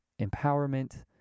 empowerment